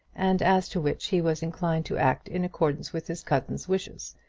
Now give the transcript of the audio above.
and as to which he was inclined to act in accordance with his cousin's wishes,